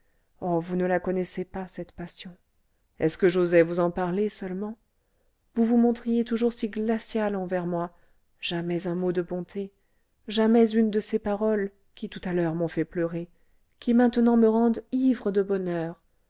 oh vous ne la connaissez pas cette passion est-ce que j'osais vous en parler seulement vous vous montriez toujours si glaciale envers moi jamais un mot de bonté jamais une de ces paroles qui tout à l'heure m'ont fait pleurer qui maintenant me rendent ivre de bonheur